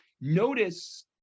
notice